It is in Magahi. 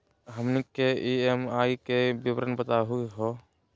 हमनी के ई.एम.आई के विवरण बताही हो?